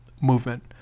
movement